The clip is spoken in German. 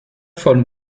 von